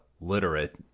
literate